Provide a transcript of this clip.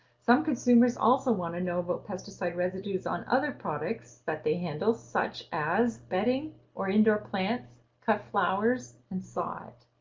some consumers also want to know about but pesticide residues on other products that they handle, such as bedding or indoor plants, cut flowers and sod.